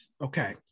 okay